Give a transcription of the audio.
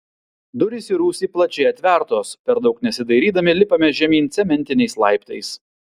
durys į rūsį plačiai atvertos per daug nesidairydami lipame žemyn cementiniais laiptais